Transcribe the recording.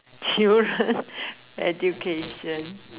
children education